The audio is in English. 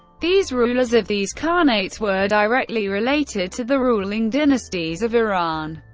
these rulers of these khanates were directly related to the ruling dynasties of iran,